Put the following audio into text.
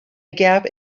gap